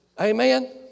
Amen